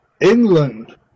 England